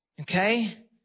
Okay